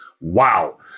Wow